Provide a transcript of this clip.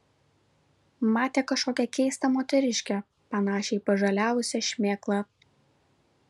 matė kažkokią keistą moteriškę panašią į pažaliavusią šmėklą